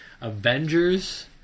avengers